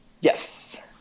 Yes